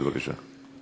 בבקשה.